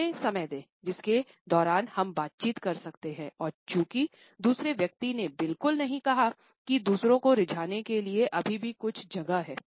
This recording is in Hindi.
हमें समय दें जिसके दौरान हम बातचीत कर सकते हैं और चूंकि दूसरे व्यक्ति ने बिल्कुल नहीं कहा कि दूसरों को रिझाने के लिए अभी भी कुछ जगह है